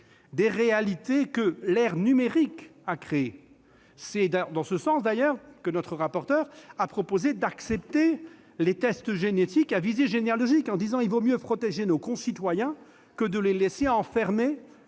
des réalités que l'ère numérique a créées. C'est d'ailleurs en ce sens que notre rapporteur a proposé d'accepter les tests génétiques à visée généalogique, en déclarant qu'il valait mieux protéger nos concitoyens que de les laisser enfermés